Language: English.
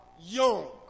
young